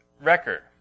record